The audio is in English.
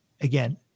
again